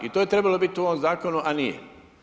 I to je trebalo biti u ovom zakonu, ali nije.